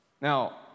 Now